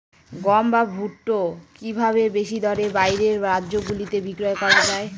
গম বা ভুট্ট কি ভাবে বেশি দরে বাইরের রাজ্যগুলিতে বিক্রয় করা য়ায়?